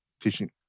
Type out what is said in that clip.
teaching